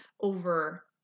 over